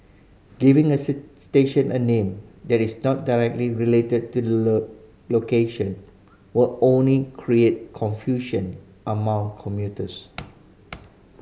giving a station a name that is not directly related to the low location will only create confusion among commuters